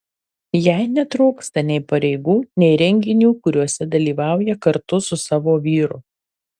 jai netrūksta nei pareigų nei renginių kuriuose dalyvauja kartu su savo vyru